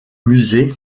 musée